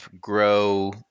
grow